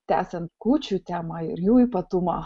tęsiant kūčių temą ir jų ypatumą